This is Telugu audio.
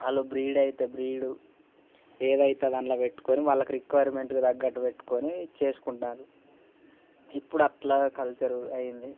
వాళ్ళు బీఈడీ అయితే బీఈడీ ఏదైతే అది అందులో పెట్టుకుని వాళ్లకు రిక్వైర్మెంట్కు తగ్గట్టు పెట్టుకొని చేసుకుంటారు ఇప్పుడు అట్ల కల్చర్ అయ్యింది